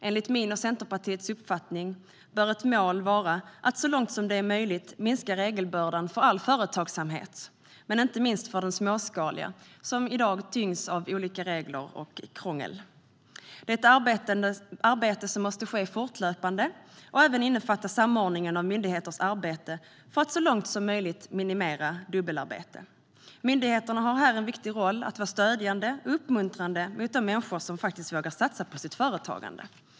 Enligt min och Centerpartiets uppfattning bör ett mål vara att så långt det är möjligt minska regelbördan för all företagsamhet men inte minst för den småskaliga, som i dag tyngs av regler och krångel. Det är ett arbete som måste ske fortlöpande och även innefatta samordningen av myndigheters arbete för att så långt som möjligt minimera dubbelarbete. Myndigheterna har här en viktig roll att vara stödjande och uppmuntrande mot de människor som vågar satsa på sitt företagande.